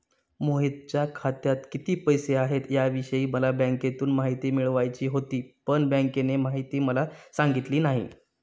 मोहितच्या खात्यात किती पैसे आहेत याविषयी मला बँकेतून माहिती मिळवायची होती, पण बँकेने माहिती मला सांगितली नाही